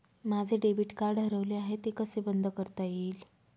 माझे debit card हरवले आहे ते कसे बंद करता येईल?